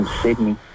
Sydney